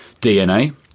DNA